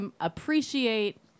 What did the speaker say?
appreciate